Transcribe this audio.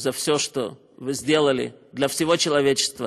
על כל מה שעשיתם למען האנושות,